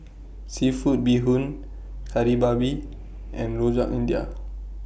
Seafood Bee Hoon Kari Babi and Rojak India